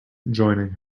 joining